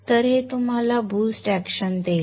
तर हे तुम्हाला बूस्ट अॅक्शन देईल